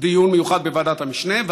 דיון מיוחד בוועדת המשנה,